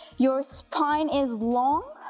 your spine is long,